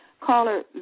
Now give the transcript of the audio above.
Caller